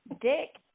Dick